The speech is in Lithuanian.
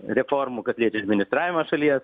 reformų kas liečia administravimą šalies